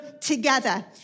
together